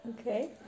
Okay